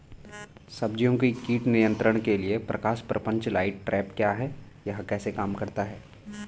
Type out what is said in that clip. सब्जियों के कीट नियंत्रण के लिए प्रकाश प्रपंच लाइट ट्रैप क्या है यह कैसे काम करता है?